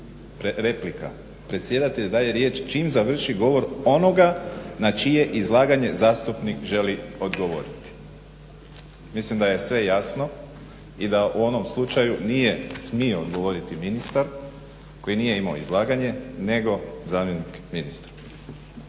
replika, predsjedatelj daje riječ čim završi govor onoga na čije izlaganje zastupnik želi odgovoriti. Mislim da je sve jasno i da u onom slučaju nije smio govoriti ministar koji nije imao izlaganje nego zamjenik ministra.